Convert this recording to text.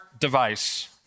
device